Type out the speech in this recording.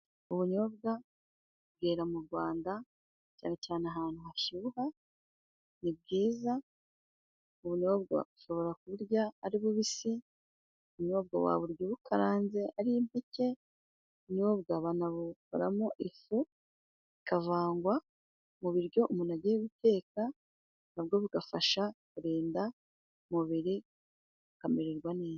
Ubunyobwa bwera mu Rwanda cyane cyane ahantu hashyuha, ni bwiza. Ubunyobwa ushobora kuburya ari bubisi, ubunyobwa waburya ubukaranze ari impeke, ubunyobwa banabukoramo ifu ikavangwa mu biryo umuntu agiye guteka, nabwo bugafasha kurinda umubiri akamererwa neza.